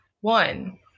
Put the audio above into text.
one